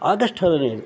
August ಹದಿನೈದು